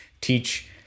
teach